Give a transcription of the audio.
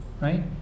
right